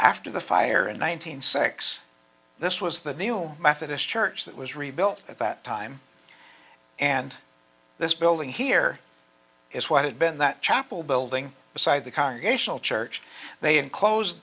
after the fire in one thousand six this was the new methodist church that was rebuilt at that time and this building here is what had been that chapel building beside the congregational church they enclosed